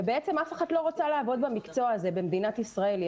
ובעצם אף אחת לא רוצה לעבוד במקצוע הזה במדינת ישראל,